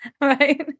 Right